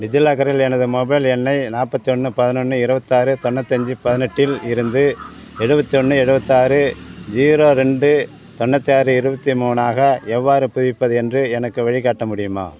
டிஜிலாக்கரில் எனது மொபைல் எண்ணை நாற்பத்தொன்னு பதினொன்று இருபத்தாறு தொண்ணூத்தஞ்சு பதினெட்டில் இருந்து எழுபத்தொன்னு எழுபத்தாறு ஜீரோ ரெண்டு தொண்ணூத்தாறு இருபத்தி மூணாக எவ்வாறு புதுப்பிப்பது என்று எனக்கு வழிகாட்ட முடியுமா